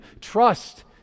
Trust